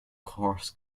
cross